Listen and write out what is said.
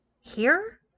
Here